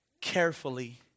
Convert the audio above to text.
carefully